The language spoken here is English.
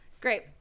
Great